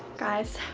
guys,